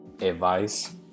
Advice